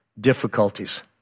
difficulties